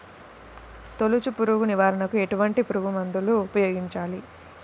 తొలుచు పురుగు నివారణకు ఎటువంటి పురుగుమందులు ఉపయోగించాలి?